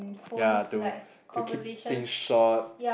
ya to to keep things short